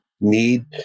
need